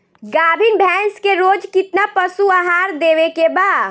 गाभीन भैंस के रोज कितना पशु आहार देवे के बा?